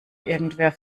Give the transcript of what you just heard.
irgendwer